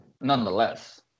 nonetheless